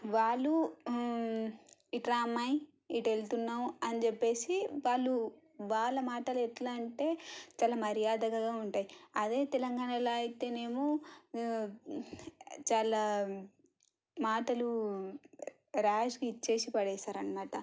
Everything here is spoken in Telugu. వాళ్ళు ఇటురా అమ్మాయి ఎటు వెళుతున్నావు అని చెప్పేసి వాళ్ళు వాళ్ళ మాటలే ఎట్లా అంటే చాలా మర్యాదగా ఉంటాయి అదే తెలంగాణలో అయితేనేమో చాలా మాటలు ర్యాష్గా ఇచ్చేసి పడేస్తారు అన్నమాట